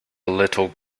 little